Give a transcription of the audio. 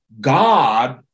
God